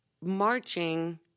marching